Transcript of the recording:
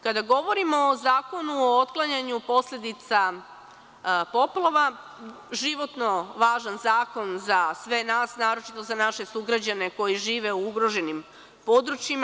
Kada govorimo o Zakonu o otklanjanju posledica poplava, životno važan zakon za sve nas, naročito za naše sugrađane koji žive u ugroženim područjima.